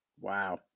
Wow